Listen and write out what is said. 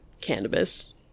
cannabis